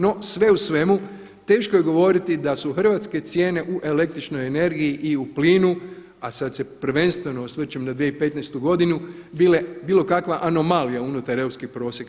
No, sve u svemu teško je govoriti da su hrvatske cijene u električnoj energiji i u plinu, a sad se prvenstveno osvrćem na 2015. godinu bilo kakva anomalija unutar europskih prosjeka.